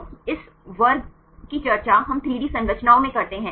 तो इस वर्ग की चर्चा हम 3 डी संरचनाओं में करते हैं